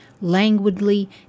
languidly